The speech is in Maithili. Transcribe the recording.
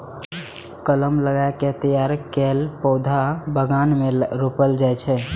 कलम लगा कें तैयार कैल पौधा बगान मे रोपल जाइ छै